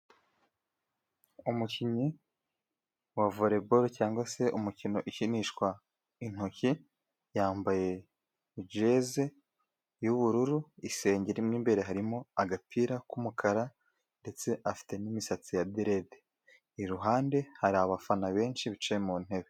Umukinnyi wa voreboru cyangwa se umukino ukinishwa intoki, yambaye jeze y'ubururu, isengeri, mo imbere harimo agapira k'umukara, ndetse afite n'imisatsi ya direde. Iruhande hari abafana benshi bicaye mu ntebe.